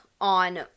on